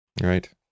right